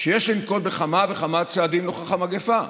שיש לנקוט כמה וכמה צעדים נוכח המגפה.